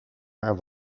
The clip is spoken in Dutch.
haar